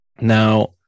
Now